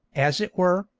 as it were,